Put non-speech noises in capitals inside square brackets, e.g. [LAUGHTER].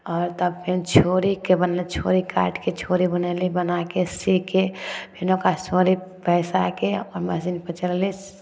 आओर तब फेन छोरीके बनयली छोरी काटिके छोरी बनयली बनाके सीके फेन ओकरा [UNINTELLIGIBLE] फेन अपन मशीनपर चलयली